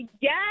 yes